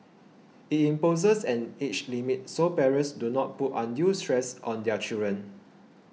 it imposes an age limit so parents do not put undue stress on their children